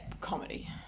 comedy